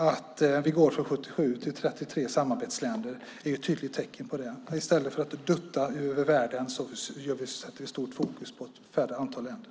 Att Sverige går från 70 till 33 samarbetsländer är ett tydligt tecken på det. I stället för att dutta över hela världen sätter vi stort fokus på ett mindre antal länder.